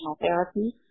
therapy